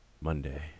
Monday